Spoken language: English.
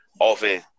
often